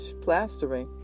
plastering